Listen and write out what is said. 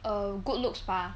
err good looks bah